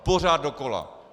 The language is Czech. Pořád dokola.